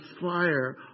fire